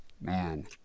Man